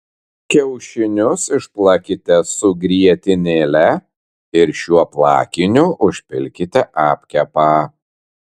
kiaušinius išplakite su grietinėle ir šiuo plakiniu užpilkite apkepą